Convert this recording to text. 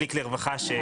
׳קליק לרווחה׳,